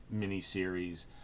miniseries